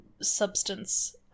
substance